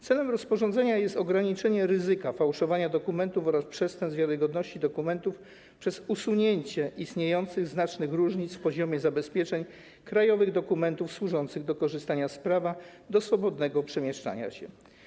Celem rozporządzenia jest ograniczenie ryzyka fałszowania dokumentów oraz przestępstw przeciwko wiarygodności dokumentów przez usunięcie istniejących znacznych różnic w poziomie zabezpieczeń krajowych dokumentów służących do korzystania z prawa do swobodnego przemieszczania się.